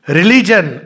religion